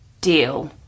deal